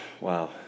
Wow